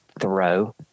throw